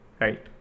right